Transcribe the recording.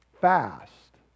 fast